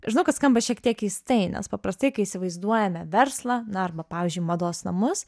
žinau kad skamba šiek tiek keistai nes paprastai kai įsivaizduojame verslą na arba pavyzdžiui mados namus